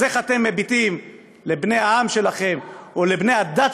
אז איך אתם מביטים לבני העם שלכם או לבני הדת